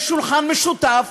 יש שולחן משותף